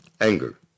anger